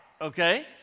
okay